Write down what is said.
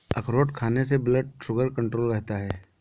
अखरोट खाने से ब्लड शुगर कण्ट्रोल रहता है